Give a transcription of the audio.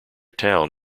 town